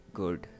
good